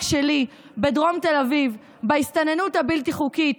שלי בדרום תל אביב בהסתננות הבלתי-חוקית.